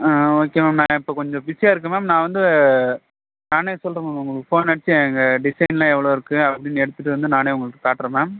ஆ okay ma'am நான் இப்போ கொஞ்சம் பிஸியாக இருக்கேன் மேம் நான் வந்து நானே சொல்கிறேன் மேம் உங்களுக்கு ஃபோன் அடித்து எங்கள் டிசைன்லாம் எவ்வளோ இருக்குது அப்படின்னு எடுத்துகிட்டு வந்து நானே உங்களுக்கு காட்டுறேன் மேம்